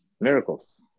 Miracles